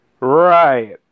Right